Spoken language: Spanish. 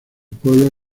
pueblo